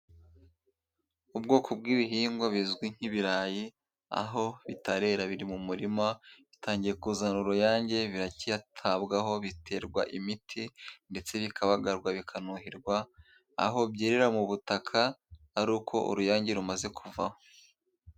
Ubwoko bw'ibihingwa bizwi nk'ibirayi, aho bitarera biri mu murima. Bitangiye kuzana uruyange biracyatabwaho, biterwa imiti ndetse bikabagarwa bikanuhirwa, aho byerera mu butaka ari uko uruyange rumaze kuvaho.